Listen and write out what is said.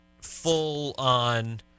full-on